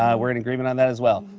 um we're in agreement on that, as well.